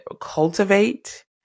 cultivate